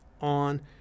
on